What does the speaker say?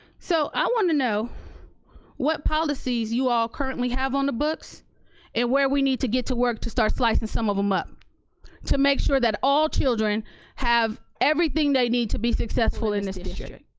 so i wanna know what policies you all currently have on the books and where we need to get to work to start slicing some of them up to make sure that all children have everything they need to be successful in this district.